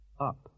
Up